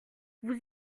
vous